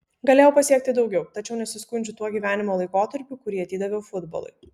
galėjau pasiekti daugiau tačiau nesiskundžiu tuo gyvenimo laikotarpiu kurį atidaviau futbolui